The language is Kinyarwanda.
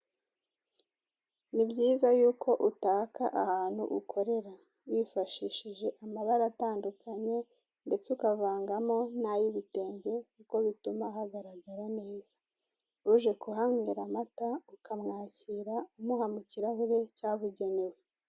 Ni byiza yuko utaka ahantu ukorera wifashishije amabara atandukanye ndetse ukavangamo n'ay'ibitenge kuko bituma hagaragara neza, uje kuhanywera amata ukamwakira umuha mu kirahure cyabugenewe.